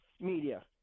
media